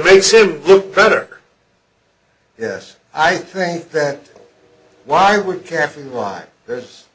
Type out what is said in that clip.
basic look better yes i think that why would caffeine why there's